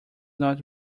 not